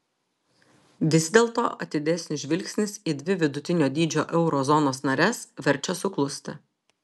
vis dėlto atidesnis žvilgsnis į dvi vidutinio dydžio euro zonos nares verčia suklusti